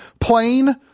plain